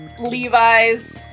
Levi's